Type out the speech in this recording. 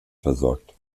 versorgt